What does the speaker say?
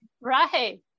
Right